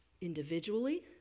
Individually